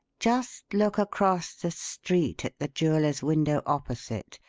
just look across the street, at the jeweller's window, opposite,